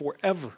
forever